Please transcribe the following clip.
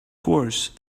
course